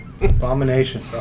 Abomination